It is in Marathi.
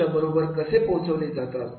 त्यांच्याबरोबर कसे पोचवले जातात